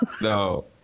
No